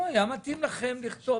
אולי היה מתאים לכם לכתוב,